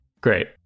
Great